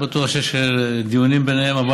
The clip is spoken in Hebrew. אני בטוח שיש דיונים ביניהם.